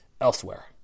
elsewhere